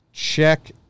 Check